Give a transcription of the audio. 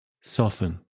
soften